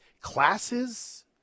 Classes